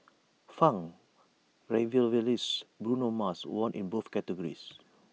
funk revivalist Bruno Mars won in both categories